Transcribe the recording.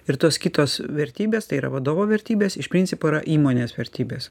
ir tos kitos vertybės tai yra vadovo vertybės iš principo yra įmonės vertybės